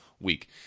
week